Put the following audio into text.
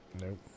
Nope